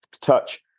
touch